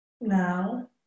now